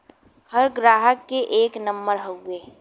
हर ग्राहक के एक नम्बर हउवे